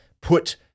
put